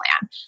plan